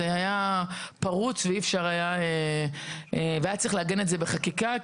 זה היה פרוץ והיה צריך לעגן את זה בחקיקה,